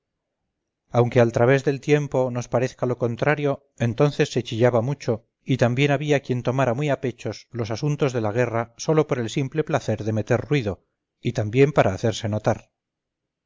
aunque al través del tiempo nos parezca lo contrario entonces se chillaba mucho y también había quien tomara muy a pechos los asuntos de la guerra sólo por el simple placer de meter ruido y también para hacerse notar